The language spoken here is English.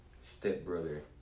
stepbrother